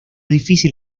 difícil